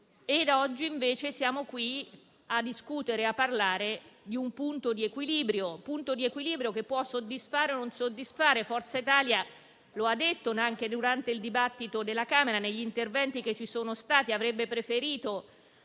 oggi, invece, siamo qui a discutere di un punto di equilibrio, che può soddisfare o meno. Forza Italia lo ha detto anche durante il dibattito alla Camera negli interventi che si sono susseguiti: avrebbe preferito